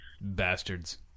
Bastards